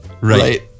right